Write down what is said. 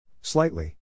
Slightly